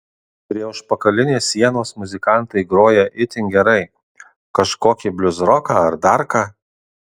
prie užpakalinės sienos muzikantai groja itin gerai kažkokį bliuzroką ar dar ką